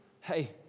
Hey